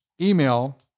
email